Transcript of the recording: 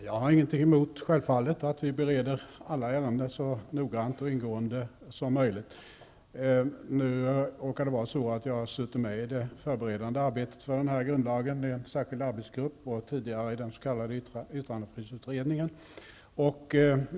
Herr talman! Jag har självfallet inget emot att vi bereder alla ärenden så noggrant och ingående som möjligt. Nu råkar det vara så att jag har suttit med i det förberedande arbetet med den här grundlagen i en särskild arbetsgrupp och tidigare i den s.k. yttrandefrihetsutredningen.